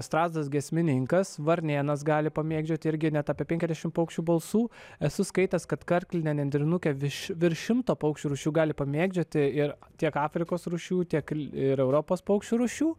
strazdas giesmininkas varnėnas gali pamėgdžioti irgi net apie penkiasdešimt paukščių balsų esu skaitęs kad karklinė nendrinukė virš virš šimto paukščių rūšių gali pamėgdžioti ir tiek afrikos rūšių tiek ir europos paukščių rūšių